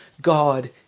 God